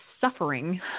suffering